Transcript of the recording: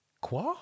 quoi